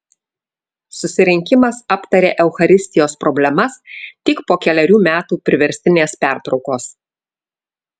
susirinkimas aptarė eucharistijos problemas tik po kelerių metų priverstinės pertraukos